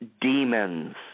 demons